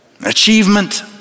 achievement